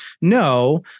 no